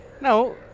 Now